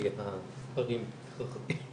כי הערים התקרבו אליהם.